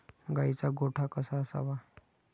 गाईचा गोठा कसा असावा?